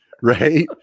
Right